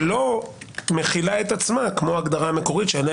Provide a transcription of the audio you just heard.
שלא מחילה את עצמה כמו ההגדרה המקורית שעליה